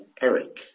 Eric